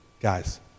guys